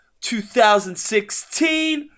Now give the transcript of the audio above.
2016